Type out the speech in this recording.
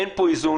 אין פה איזון,